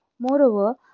Moreover